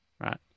Right